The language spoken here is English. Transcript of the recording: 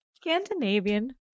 Scandinavian